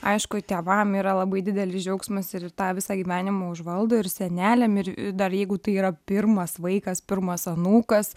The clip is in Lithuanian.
aišku tėvam yra labai didelis džiaugsmas ir tą visą gyvenimą užvaldo ir seneliam ir dar jeigu tai yra pirmas vaikas pirmas anūkas